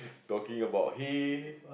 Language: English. talking about hay